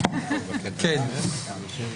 30 ו-31